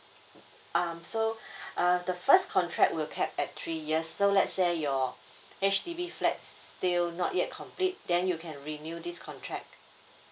um so uh the first contract will cap at three years so let's say your H_D_B flat still not yet complete then you can renew this contract